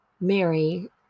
Mary